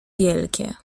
wielkie